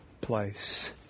place